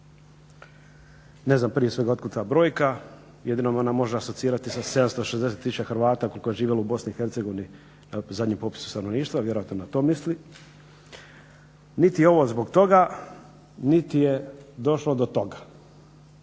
Ne znam prije svega otkuda ta brojka, jedino me ona može asocirati sa 760 000 Hrvata koliko je živjelo u BiH prema zadnjem popisu stanovništva, vjerojatno na to misli. Niti je ovo zbog toga niti je došlo do toga.